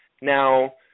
Now